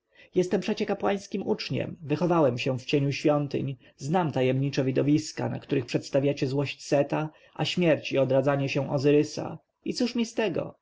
jestem przecie kapłańskim uczniem wychowałem się w cieniu świątyń znam tajemnicze widowiska na których przedstawiacie złość seta a śmierć i odradzanie się ozyrysa i cóż mi z tego